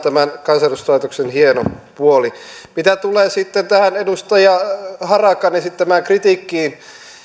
kansanedustuslaitoksen hieno puoli mitä tulee sitten tähän edustaja harakan esittämään kritiikkiin